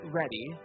ready